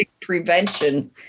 prevention